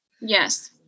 Yes